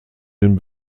den